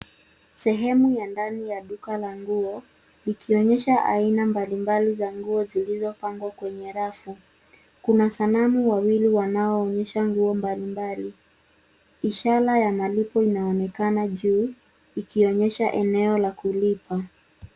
Sehemu ya ndani ya duka la nguo likionyesha aina mbali mbali za nguo zilizopangwa kwenye rafu. Kuna sanamu wawili wanao onyesha nguo mbali mbali. ishara ya malipo inaonekana juu ikionyesha eneo la kulipa.